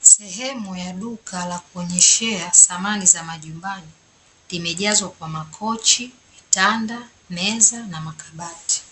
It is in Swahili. Sehemu ya duka la kuonyeshea samani za majumbani, imejazwa kwa makochi, vitanda, meza na makabati.